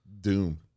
doom